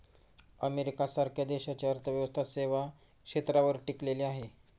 America सारख्या देशाची अर्थव्यवस्था सेवा क्षेत्रावर टिकलेली आहे